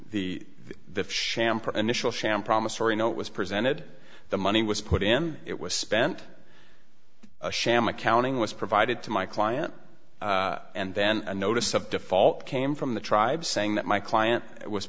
champers initial sham promissory note was presented the money was put in it was spent a sham accounting was provided to my client and then a notice of default came from the tribes saying that my client was